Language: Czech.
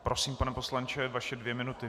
Prosím, pane poslanče, vaše dvě minuty.